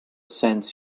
sends